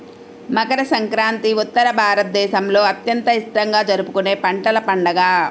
మకర సంక్రాంతి ఉత్తర భారతదేశంలో అత్యంత ఇష్టంగా జరుపుకునే పంటల పండుగ